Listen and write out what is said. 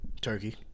Turkey